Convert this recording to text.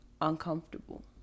uncomfortable